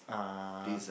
dessert